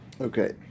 Okay